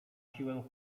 siłę